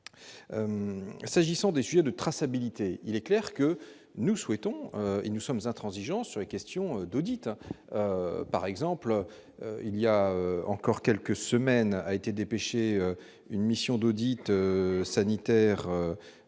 s'agissant des sujets de traçabilité, il est clair que nous souhaitons et nous sommes intransigeants sur les questions d'auditeurs, par exemple, il y a encore quelques semaines, a été dépêché une mission d'audit sanitaire